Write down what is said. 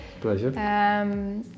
Pleasure